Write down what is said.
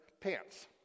pants